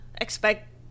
expect